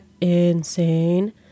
insane